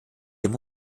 dem